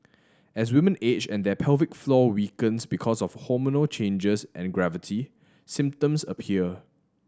as women age and their pelvic floor weakens because of hormonal changes and gravity symptoms appear